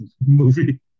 movie